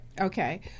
Okay